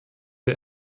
der